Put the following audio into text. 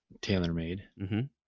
tailor-made